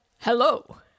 Hello